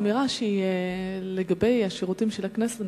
אדוני אמר פה אמירה לגבי השירותים של הכנסת.